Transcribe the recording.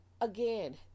again